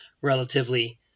relatively